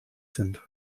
sind